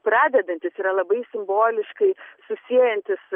pradedantis yra labai simboliškai susiejantis